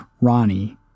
Ronnie